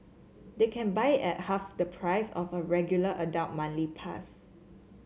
they can buy it half the price of her regular adult manly pass